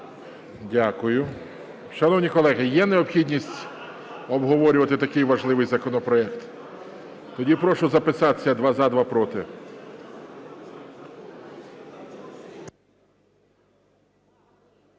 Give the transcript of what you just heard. Дякую. Шановні колеги, є необхідність обговорювати такий важливий законопроект? Тоді прошу записатися: два – за, два – проти.